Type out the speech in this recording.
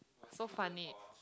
so funny